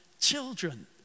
children